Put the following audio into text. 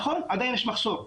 נכון, עדיין יש מחסור,